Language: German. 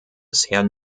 bisher